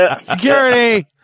Security